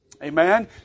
Amen